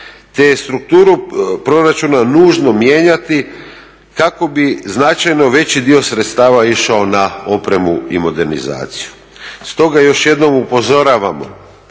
je strukturu proračuna nužno mijenjati kako bi značajno veći dio sredstava išao na opremu i modernizaciju. Stoga još jednom upozoravamo